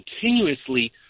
continuously